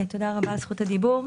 תודה רבה על זכות הדיבור.